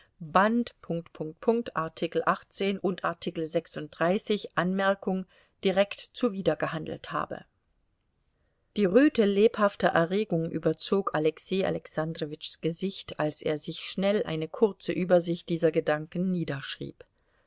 artikel und artikel anmerkung direkt zuwidergehandelt habe die röte lebhafter erregung überzog alexei alexandrowitschs gesicht als er sich schnell eine kurze übersicht dieser gedanken niederschrieb